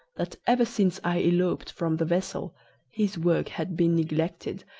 that ever since i eloped from the vessel his work had been neglected,